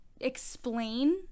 explain